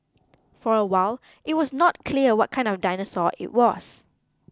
for a while it was not clear what kind of dinosaur it was